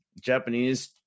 japanese